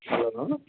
hello